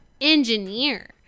engineer